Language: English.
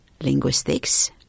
linguistics